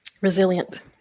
resilient